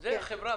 זה החברה,